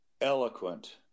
eloquent